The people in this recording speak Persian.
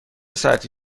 ساعتی